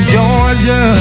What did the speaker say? Georgia